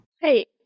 Hey